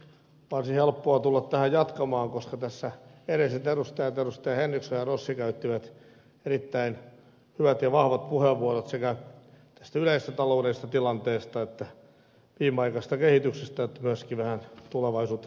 varsin helppoa tulla tähän jatkamaan koska tässä edelliset edustajat henriksson ja rossi käyttivät erittäin hyvät ja vahvat puheenvuorot sekä yleisestä taloudellisesta tilanteesta että viimeaikaisesta kehityksestä että myöskin vähän tulevaisuutta silmälläpitäen